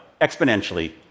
exponentially